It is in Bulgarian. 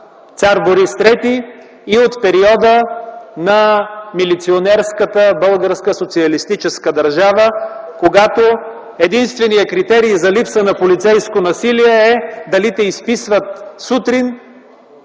цар Борис ІІІ и на милиционерската българска социалистическа държава, когато единственият критерий за липса на полицейско насилие е дали те изписват сутрин